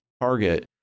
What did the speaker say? target